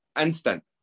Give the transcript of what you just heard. instant